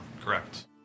Correct